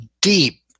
deep